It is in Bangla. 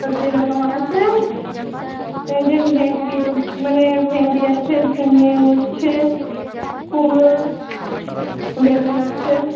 সবজি এরকম আছে এই যে ভেন্ডি মানে ভেন্ডি আছে ঝিঙে উঁচ্ছে কুমড়ো বেগুন আছে